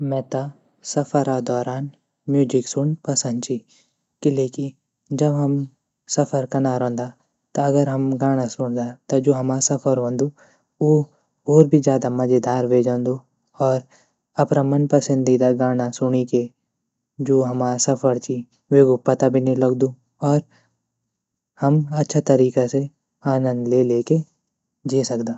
मेता सफ़र आ दोरान म्यूजिक सुण पसंद ची क़िले की जब हम सफ़र कना रौंदा त अगर हम गाणा सुणदा त जू हमा सफ़र वंदु उ और भी ज़्यादा मज़ेदार वे जंदू और अपरा मन पसंदीदा गाणा सुणी के जू हमा सफ़र ची वेगु पता भी नी लगदू और हम अच्छा तरीक़ा से आनंद ले ले के जे सकदा।